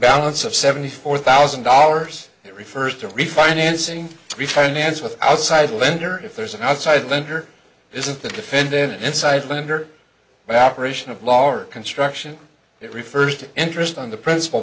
balance of seventy four thousand dollars it refers to refinancing refinance with outside lender if there's an outside lender isn't the defendant inside lender but operation of law or construction it refers to interest on the princip